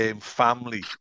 family